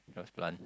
those plant